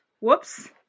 Whoops